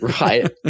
Right